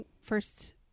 first